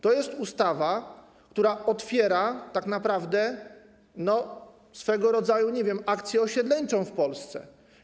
To jest ustawa, która otwiera tak naprawdę swego rodzaju, nie wiem, akcję osiedleńczą w Polsce.